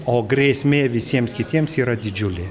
o grėsmė visiems kitiems yra didžiulė